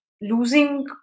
losing